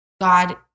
God